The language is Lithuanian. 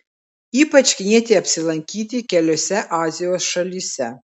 ypač knieti apsilankyti keliose azijos šalyse